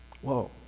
Whoa